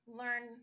learn